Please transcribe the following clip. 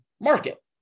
market